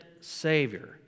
Savior